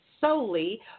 solely